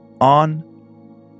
On